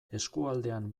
eskualdean